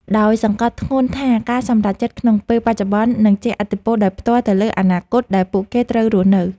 ដោយសង្កត់ធ្ងន់ថាការសម្រេចចិត្តក្នុងពេលបច្ចុប្បន្ននឹងជះឥទ្ធិពលដោយផ្ទាល់ទៅលើអនាគតដែលពួកគេត្រូវរស់នៅ។